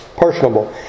personable